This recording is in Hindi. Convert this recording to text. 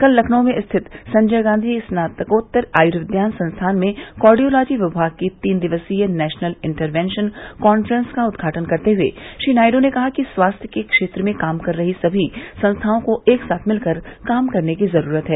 कल लखनऊ स्थित संजय गांधी स्नातकोत्तर आयुर्विज्ञान संस्थान में कार्डियोर्लोजी विमाग की तीन दिवसीय नेशनल इंटर वेंशन कांफ्रेंस का उदघाटन करते हुए श्री नायडू ने कहा कि स्वास्थ्य के क्षेत्र में काम कर रही सभी संस्थाओं को एकसाथ भिलकर काम करने की जरूरत है